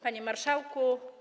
Panie Marszałku!